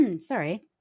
sorry